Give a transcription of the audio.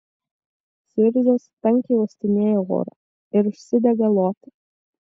suirzęs tankiai uostinėja orą ir užsidega loti